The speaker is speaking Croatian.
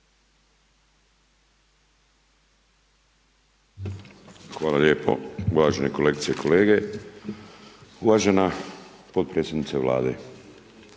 Hvala lijepo. Uvažene kolegice i kolege, uvažena potpredsjednice Vlade.